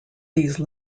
these